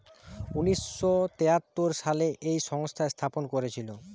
উনিশ শ তেয়াত্তর সালে এই সংস্থা স্থাপন করেছিল